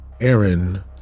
Aaron